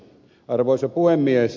arvoisa puhemies